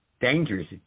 Dangerous